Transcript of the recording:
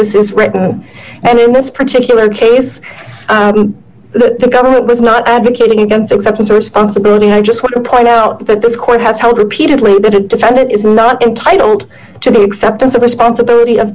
this is written and in this particular case the government was not advocating against acceptance of responsibility i just want to point out that this quite has held repeatedly that it defend it is not entitled to the acceptance of responsibility of